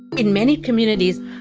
in many communities,